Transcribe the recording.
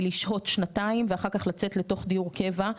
לשהות שנתיים ואחר כך לצאת לתוך דיור קבע.